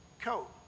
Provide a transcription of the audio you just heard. coat